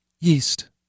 Yeast